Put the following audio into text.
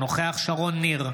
אינו נוכח שרון ניר,